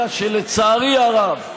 אלא שלצערי הרב,